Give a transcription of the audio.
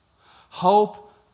hope